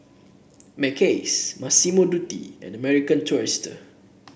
Mackays Massimo Dutti and American Tourister